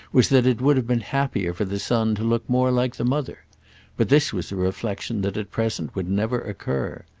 was that it would have been happier for the son to look more like the mother but this was a reflexion that at present would never occur.